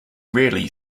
rarely